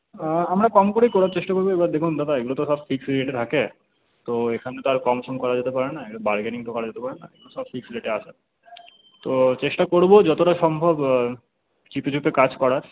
আমরা কম করেই করার চেষ্টা করব এবার দেখুন দাদা এগুলো তো সব ফিক্স রেটই থাকে তো এখানে তো আর কম সম করা যেতে পারে না বারগেনিং তো করা যেতে পারে না সব ফিক্স রেটে আসে তো চেষ্টা করব যতটা সম্ভব চিপে চিপে কাজ করার